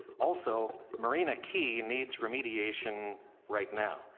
also, marina key needs remediation right now.